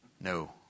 No